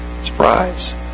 Surprise